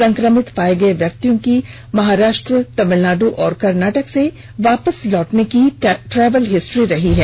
संक्रमित पाए गए व्यक्तियों की महाराष्ट्र तमिलनाडु एवं कर्नाटक से वापस लौटने की ट्रेवल हिस्ट्री रही है